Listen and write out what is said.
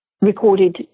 recorded